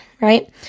right